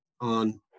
on